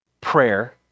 prayer